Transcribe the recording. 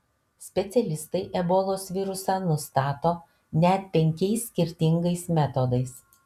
specialistai ebolos virusą nustato net penkiais skirtingais metodais